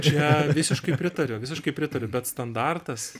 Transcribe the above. čia visiškai pritariu visiškai pritariu bet standartas